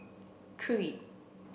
three